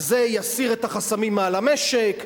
זה יסיר את החסמים מעל המשק,